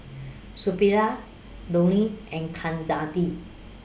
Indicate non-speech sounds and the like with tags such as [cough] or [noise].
Suppiah Dhoni and [unintelligible]